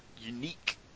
unique